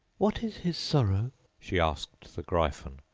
what is his sorrow she asked the gryphon,